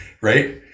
right